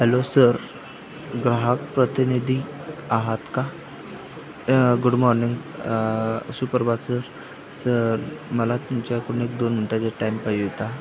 hello sir ग्राहक प्रतिनिधी आहात का गुड मॉर्निंग सुप्रभात सर सर मला तुमच्याकडून एक दोन मिनिटांचा टाईम पाहिजे होता